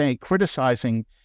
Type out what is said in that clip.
criticizing